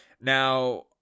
Now